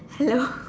hello